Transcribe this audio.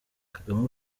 kagame